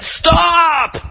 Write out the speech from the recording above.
stop